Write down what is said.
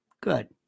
Good